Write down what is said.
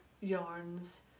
yarns